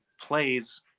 plays